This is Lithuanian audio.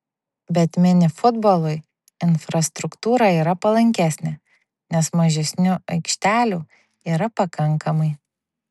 bet mini futbolui infrastruktūra yra palankesnė nes mažesniu aikštelių yra pakankamai